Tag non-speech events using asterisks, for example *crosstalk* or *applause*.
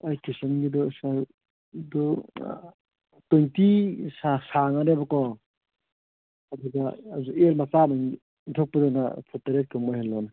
ꯑꯩ ꯀꯤꯆꯟꯒꯤꯗꯨ *unintelligible* ꯑꯗꯨ ꯑꯥ ꯇ꯭ꯋꯦꯟꯇꯤ ꯁꯥꯡꯉꯅꯦꯕꯀꯣ ꯑꯗꯨꯒ ꯑꯦꯜ ꯃꯆꯥ ꯑꯃ ꯏꯟꯊꯣꯛꯄꯗꯨꯅ ꯐꯨꯠ ꯇꯔꯦꯠ ꯀꯨꯝꯕ ꯑꯣꯏꯍꯜꯂꯣꯅꯦ